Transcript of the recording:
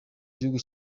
gihugu